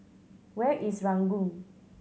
where is Ranggung